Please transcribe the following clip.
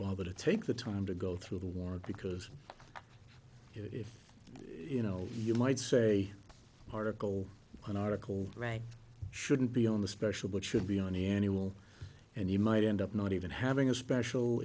bother to take the time to go through the ward because if you know you might say article one article right shouldn't be on the special but should be on the annual and you might end up not even having a special